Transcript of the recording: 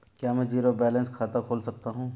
क्या मैं zero balance खाता खोल सकता हूँ?